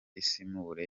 isimbura